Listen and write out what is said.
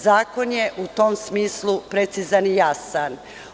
Zakon je u tom smislu precizan i jasan.